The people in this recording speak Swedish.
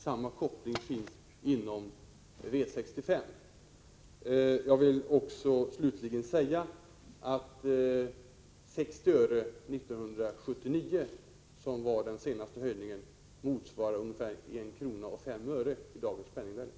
Samma koppling finns inom V65. Jag vill också slutligen säga att 60 öre år 1979, då den senaste höjningen gjordes, motsvarar ungefär 1 kr. 5 öre i dagens penningvärde.